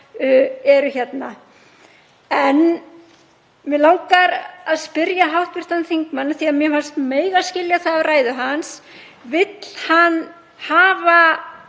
eru hérna. En mig langar að spyrja hv. þingmann, af því að mér fannst mega skilja það á ræðu hans: Vill hann hafa